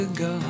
go